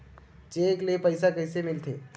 Cheque ले पईसा कइसे मिलथे?